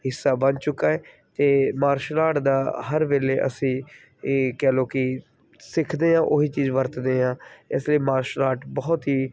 ਹਿੱਸਾ ਬਣ ਚੁੱਕਾ ਹੈ ਅਤੇ ਮਾਰਸ਼ਲ ਆਰਟ ਦਾ ਹਰ ਵੇਲੇ ਅਸੀਂ ਇਹ ਕਹਿ ਲਓ ਕਿ ਸਿੱਖਦੇ ਹਾਂ ਉਹੀ ਚੀਜ਼ ਵਰਤਦੇ ਹਾਂ ਇਸ ਲਈ ਮਾਰਸ਼ਲ ਆਰਟ ਬਹੁਤ ਹੀ